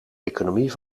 economie